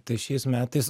tai šiais metais